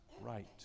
right